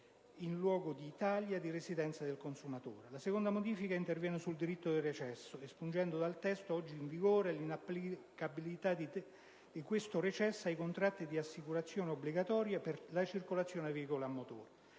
La seconda modifica interviene sul diritto di recesso, espungendo dal testo oggi in vigore l'inapplicabilità di detto recesso ai contratti di assicurazione obbligatoria per la circolazione dei veicoli a motore.